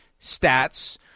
stats